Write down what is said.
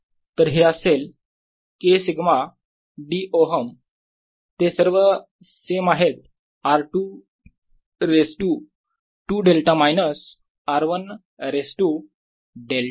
तर हे असेल k सिग्मा dΩ ते सर्व सेम आहेत r 2 raise to 2 delta minus r 1 raise to delta